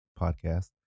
podcast